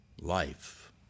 Life